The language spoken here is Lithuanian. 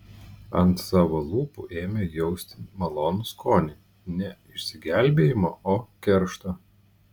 ant savo lūpų ėmė jausti malonų skonį ne išsigelbėjimo o keršto